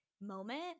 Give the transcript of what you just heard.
moment